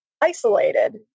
isolated